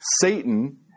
Satan